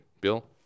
Bill